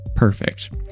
Perfect